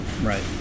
right